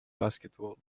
basketball